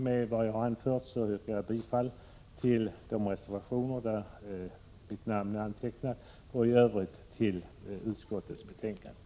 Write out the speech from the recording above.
Med det jag har anfört yrkar jag bifall till de reservationer där mitt namn är antecknat och i övrigt till utskottets hemställan.